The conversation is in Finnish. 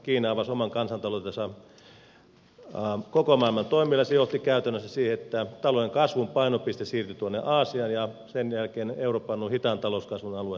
kiina avasi oman kansantaloutensa koko maailman toimille ja se johti käytännössä siihen että talouden kasvun painopiste siirtyi aasiaan ja sen jälkeen eurooppa on ollut hitaan talouskasvun aluetta